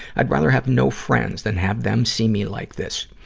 i'd rather have no friends than have them see me like this.